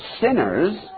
sinners